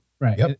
Right